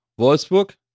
Wolfsburg